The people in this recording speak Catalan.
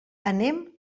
anem